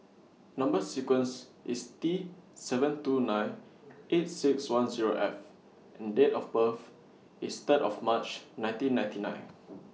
Number sequence IS T seven two nine eight six one Zero F and Date of birth IS Third of March nineteen ninety nine